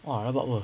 !wah! rabak [pe]